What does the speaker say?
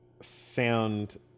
sound